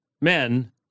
men